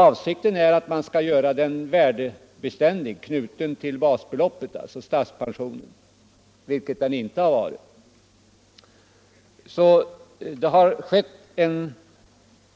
Avsikten är också att statspensionen skall göras värdebeständig, dvs. knyta an till basbeloppet, något som hittills inte varit fallet. Det har alltså